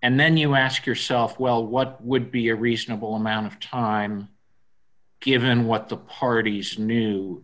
and then you ask yourself well what would be a reasonable amount of time given what the parties knew